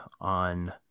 on